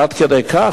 עד כדי כך,